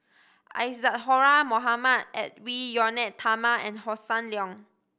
Isadhora Mohamed Edwy Lyonet Talma and Hossan Leong